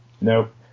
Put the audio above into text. Nope